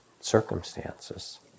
circumstances